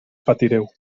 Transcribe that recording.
patireu